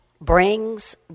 brings